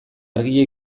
argia